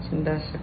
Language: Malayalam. ചിന്താശക്തി